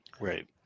right